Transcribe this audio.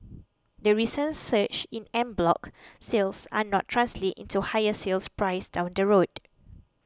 the recent surge in en bloc sales are not translate into higher sale prices down the road